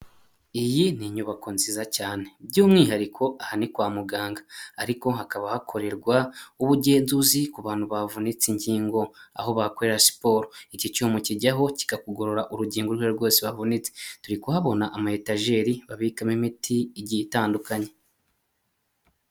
Iyi ni inyubako nziza cyane by'umwihariko aha ni kwa muganga ariko hakaba hakorerwa ubugenzuzi ku bantu bavunitse inkingo aho bahakorera siporo. Iki cyuma ukijyaho kikakugorora urugingo urwo arirwa rwose wavunitse. Turi kuhabona amayetajeri babikamo imiti igiye itandukanye.